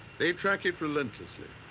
they track it relentlessly.